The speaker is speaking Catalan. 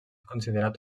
considerat